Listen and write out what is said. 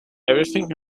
everything